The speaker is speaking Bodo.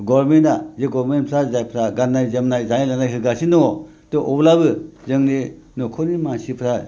गभर्नमेन्टआ जाय गरभर्नमेन्टआ जायफ्रा गाननाय जोमनाय जानाय लोंनाय होगासिनो दङ थ' अब्लाबो जोंनि बे न'खरनि मानसिफ्रा